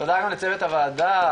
תודה גם לצוות הוועדה,